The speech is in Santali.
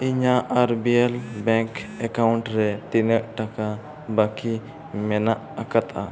ᱤᱧᱟᱹᱜ R B L bank account ᱨᱮ ᱛᱤᱱᱟᱹᱜ ᱴᱟᱠᱟ ᱵᱟᱹᱠᱤ ᱢᱮᱱᱟᱜ ᱟᱠᱟᱫᱟ